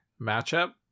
matchup